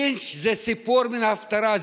לינץ' זה סיפור מן ההפטרה.